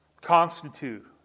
constitute